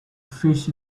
fish